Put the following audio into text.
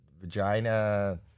vagina